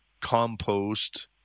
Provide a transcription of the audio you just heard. compost